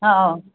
ओ